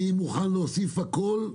אני מוכן להוסיף הכול,